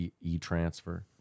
e-transfer